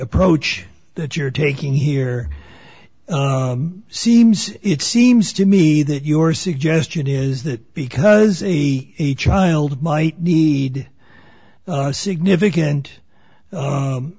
approach that you're taking here seems it seems to me that your suggestion is that because the child might need significant